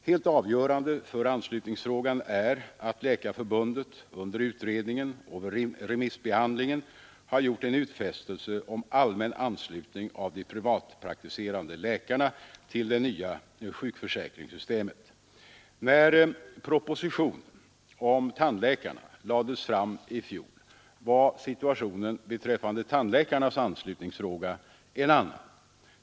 Helt avgörande för anslutningsfrågan är att Läkarförbundet under utredningen och vid remissbehandlingen har gjort en utfästelse om allmän anslutning av de privatpraktiserande läkarna till det nya sjukförsäkringssystemet. När propositionen om tandläkarna lades fram i fjol var situationen beträffande tandläkarnas anslutningsfråga en annan.